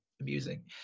amusing